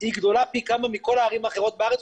הוא גדול פי כמה מכל הערים האחרות בארץ,